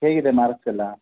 ಹೇಗಿದೆ ಮಾರ್ಕ್ಸ್ ಎಲ್ಲ